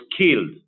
killed